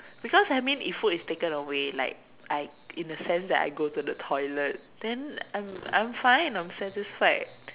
because I mean if food is taken away like I in a sense that I go to the toilet then I'm I'm fine I'm satisfied